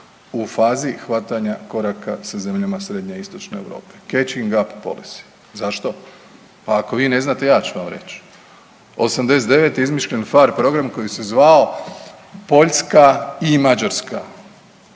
u fazi hvatanja koraka sa zemljama srednje i istočne Europe catching up policy. Zašto? Pa ako vi ne znate ja ću vam reći. '89. je izmišljen PHARE program koji se zvao Poljska i Mađarska